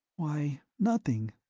why, nothing.